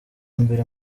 mbere